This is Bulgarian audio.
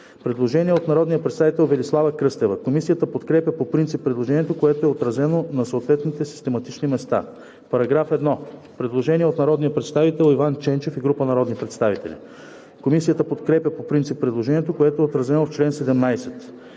Предложение от народния представител Велислава Кръстева. Комисията подкрепя по принцип предложението, което е отразено на съответните систематични места. По § 1 има предложение от народния представител Иван Ченчев и група народни представители. Комисията подкрепя по принцип предложението, което е отразено в чл. 17.